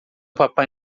papai